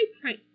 price